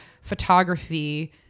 photography